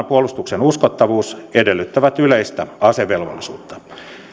puolustuksen uskottavuus edellyttävät yleistä asevelvollisuutta